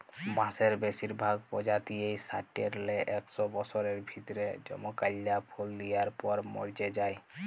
বাঁসের বেসিরভাগ পজাতিয়েই সাট্যের লে একস বসরের ভিতরে জমকাল্যা ফুল দিয়ার পর মর্যে যায়